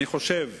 אני חושב